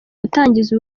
gutangiza